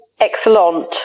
excellent